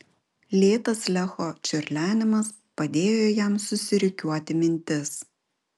lėtas lecho čiurlenimas padėjo jam susirikiuoti mintis